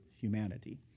humanity